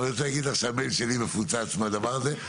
אני רוצה להגיד לך שהמייל שלי מפוצץ בדבר הזה,